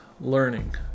learning